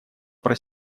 про